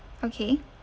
okay